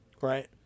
right